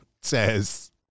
says